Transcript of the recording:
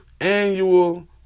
annual